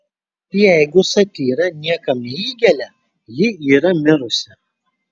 jeigu satyra niekam neįgelia ji yra mirusi